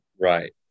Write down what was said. right